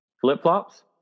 flip-flops